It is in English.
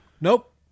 Nope